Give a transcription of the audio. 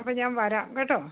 അപ്പം ഞാൻ വരാം കേട്ടോ